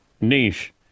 Niche